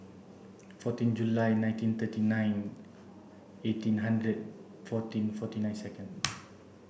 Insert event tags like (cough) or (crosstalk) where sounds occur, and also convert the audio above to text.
fourteen July nineteen thirty nine eighteen hundred fourteen forty nine second (noise)